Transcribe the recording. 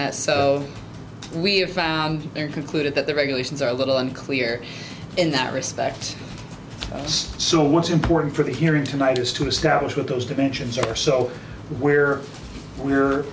that so we've found there concluded that the regulations are a little unclear in that respect so what's important for the hearing tonight is to establish what those dimensions are so where w